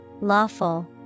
Lawful